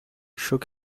shook